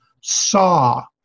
saw